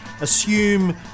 assume